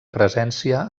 presència